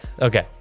okay